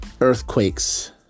earthquakes